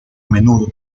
menudo